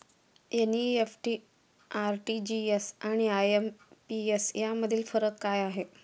NEFT, RTGS आणि IMPS यामधील फरक काय आहे?